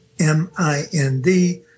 M-I-N-D